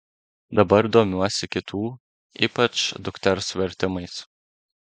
dabar domiuosi kitų ypač dukters vertimais